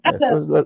Yes